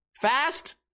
fast